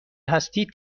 هستید